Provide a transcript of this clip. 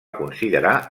considerar